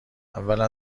اولا